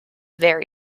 very